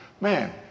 Man